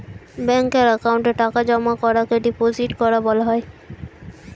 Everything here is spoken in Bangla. ব্যাঙ্কের অ্যাকাউন্টে টাকা জমা করাকে ডিপোজিট করা বলা হয়